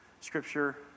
scripture